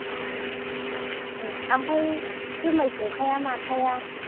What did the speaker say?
औ ओमफ्राय जोङो संखाया माखाया